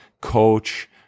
coach